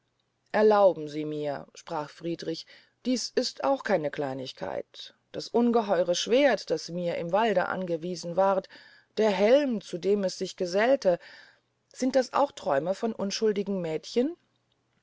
erlauben sie mir sprach friedrich dies sind auch keine kleinigkeiten das ungeheure schwerdt das mir im walde angewiesen ward der helm zu dem es sich gesellt sind auch das träume dieses unschuldigen mädchens